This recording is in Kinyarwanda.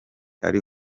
ari